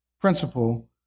principle